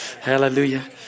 Hallelujah